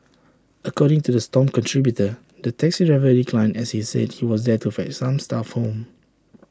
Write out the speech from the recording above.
according to the stomp contributor the taxi driver declined as he said he was there to fetch some staff home